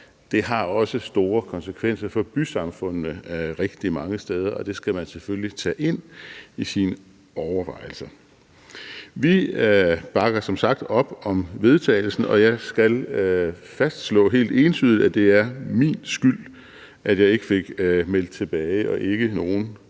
det har også store konsekvenser for bysamfundene rigtig mange steder, og det skal man selvfølgelig tage ind i sine overvejelser. Vi bakker som sagt op om forslaget til vedtagelse, og jeg skal fastslå helt entydigt, at det er min skyld, at jeg ikke fik meldt tilbage, og ikke nogen